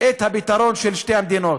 את הפתרון של שתי המדינות?